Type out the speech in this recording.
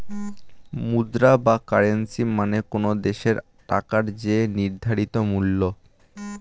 মুদ্রা বা কারেন্সী মানে কোনো দেশের টাকার যে নির্ধারিত মূল্য